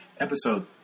episode